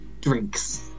drinks